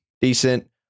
Decent